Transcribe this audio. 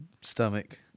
stomach